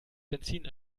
benzin